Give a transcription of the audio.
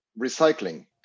recycling